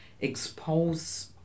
expose